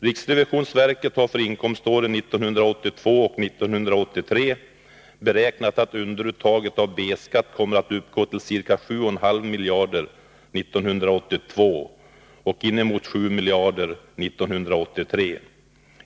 Riksrevisionsverket har för inkomståren 1982 och 1983 beräknat att underuttaget av B-skatt kommer att uppgå till ca 7,5 miljarder 1982 och inemot 7 miljarder 1983.